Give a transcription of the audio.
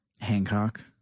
Hancock